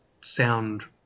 sound